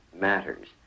matters